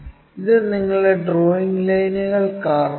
ഇത് നിങ്ങളുടെ ഡ്രോയിംഗ് ലൈനുകൾ കാരണമാണ്